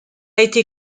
été